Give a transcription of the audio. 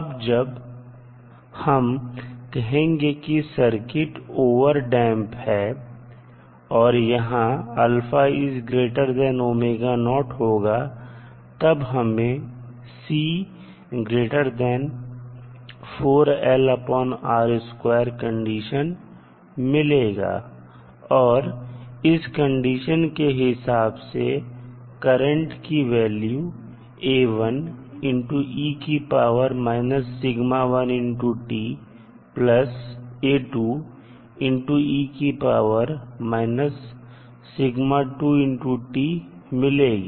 अब जब हम कहेंगे कि सर्किट ओवरटडैंप है और यहांहोगा तब हमें कंडीशन मिलेगा और इस कंडीशन के हिसाब से करंट की वैल्यू मिलेगी